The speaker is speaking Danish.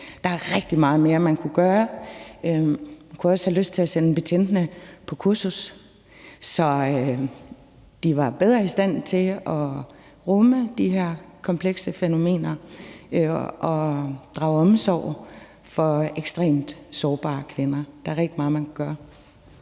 Der er rigtig meget mere, man kunne gøre. Man kunne også have lyst til at sende betjentene på kursus, så de var bedre i stand til at rumme de her komplekse fænomener og drage omsorg for ekstremt sårbare kvinder. Der er rigtig meget, man kunne gøre.